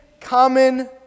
common